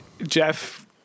Jeff